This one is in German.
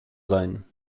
sein